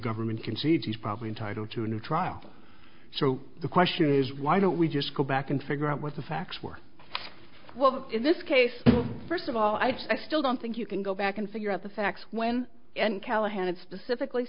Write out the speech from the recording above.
government concedes he's probably entitled to a new trial so the question is why don't we just go back and figure out what the facts were in this case first of all i still don't think you can go back and figure out the facts when and callahan it specifically